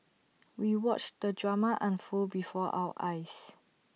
we watched the drama unfold before our eyes